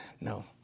no